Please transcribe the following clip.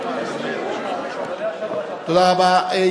תודה רבה,